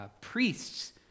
priests